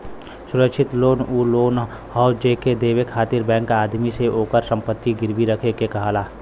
सुरक्षित लोन उ लोन हौ जेके देवे खातिर बैंक आदमी से ओकर संपत्ति गिरवी रखे के कहला